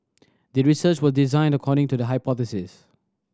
the research was designed according to the hypothesis